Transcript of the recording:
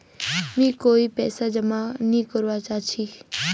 मी कोय पैसा जमा नि करवा चाहची